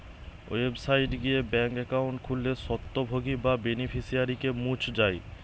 website গিয়ে bank account খুললে স্বত্বভোগী বা বেনিফিশিয়ারিকে মুছ যায়